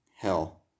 hell